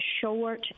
short